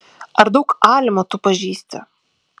ar daug almų tu pažįsti